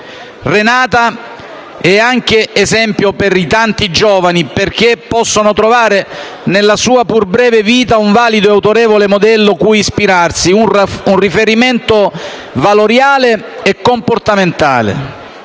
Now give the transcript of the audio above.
Renata è anche esempio per i giovani, che possono trovare nella sua pur breve vita un valido e autorevole modello cui ispirarsi, un riferimento valoriale e comportamentale.